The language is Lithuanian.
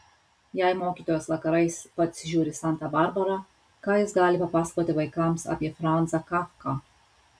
jei mokytojas vakarais pats žiūri santą barbarą ką jis gali papasakoti vaikams apie franzą kafką